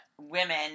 women